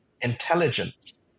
intelligence